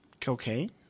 Cocaine